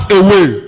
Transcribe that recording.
away